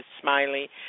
Smiley